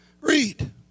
Read